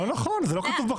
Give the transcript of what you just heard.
זה לא נכון, זה לא כתוב בחוק.